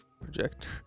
projector